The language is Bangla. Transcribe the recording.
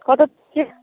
কত